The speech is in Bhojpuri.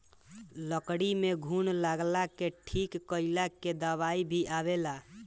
लकड़ी में घुन लगला के ठीक कइला के दवाई भी आवेला